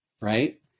right